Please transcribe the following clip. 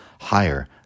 higher